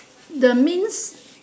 the mince